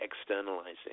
externalizing